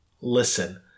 Listen